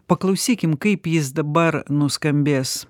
paklausykim kaip jis dabar nuskambės